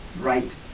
right